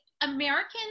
Americans